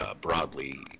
Broadly